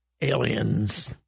aliens